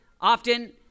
often